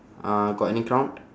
uh got any crown